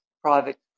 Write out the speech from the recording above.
private